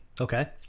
Okay